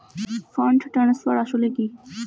Fund transfer আসলে কী?